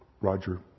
Roger